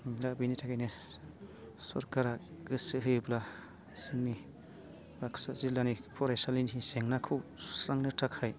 होमब्ला बिनि थाखायनो सरखारा गोसो होयोब्ला जोंनि बाक्सा जिल्लानि फरायसालिनि जेंनाखौ सुस्रांनो थाखाय